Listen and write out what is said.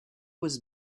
was